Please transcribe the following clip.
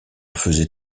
faisait